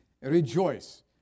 rejoice